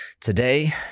today